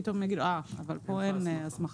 פתאום יגידו: אבל פה אין הסמכה.